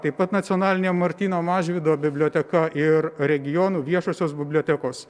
taip pat nacionalinė martyno mažvydo biblioteka ir regionų viešosios bibliotekos